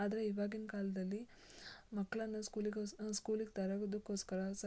ಆದರೆ ಇವಾಗಿನ ಕಾಲದಲ್ಲಿ ಮಕ್ಕಳನ್ನ ಸ್ಕೂಲಿಗೊ ಸ್ಕೂಲಿಗೆ ತರೋದಕೋಸ್ಕರ ಸರ್ಕಾರ